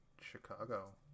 chicago